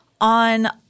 on